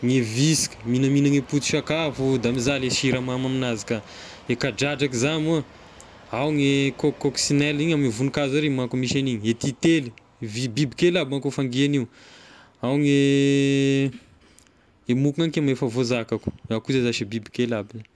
gne visika mihinamihina e poti-sakafo da mizaly a siramamy aminazy ka, e kadradraka zagny moa, ao gne co-coccinelle igny ame voninkazo ary manko ary misy an'igny, e tintely vi- bibikely aby manko fangia an'io, ao gne e moka igny eky efa voazakako, a koa zay zashy bibikely aby zay.